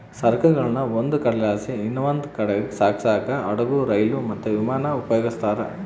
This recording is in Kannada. ಸರಕುಗುಳ್ನ ಒಂದು ಕಡೆಲಾಸಿ ಇನವಂದ್ ಕಡೀಗ್ ಸಾಗ್ಸಾಕ ಹಡುಗು, ರೈಲು, ಮತ್ತೆ ವಿಮಾನಾನ ಉಪಯೋಗಿಸ್ತಾರ